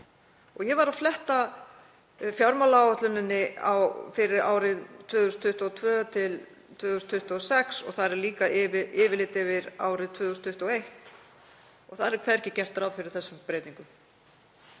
Ég var að fletta fjármálaáætlun fyrir árin 2022–2026 og þar er líka yfirlit yfir árið 2021. Þar er hvergi gert ráð fyrir þessum breytingum.